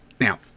Now